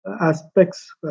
aspects